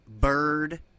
bird